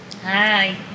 Hi